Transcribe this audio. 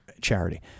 charity